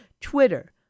Twitter